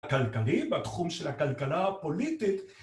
כלכלי בתחום של הכלכלה הפוליטית